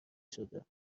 شده